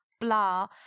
blah